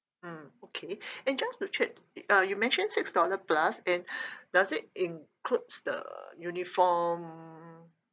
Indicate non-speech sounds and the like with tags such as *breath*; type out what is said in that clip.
mm okay *breath* and just to check uh you mentioned six dollar plus then does it includes the uniform